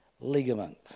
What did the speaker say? ligament